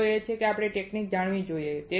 મુદ્દો એ છે કે આપણે આ ટેકનિક જાણવી જોઈએ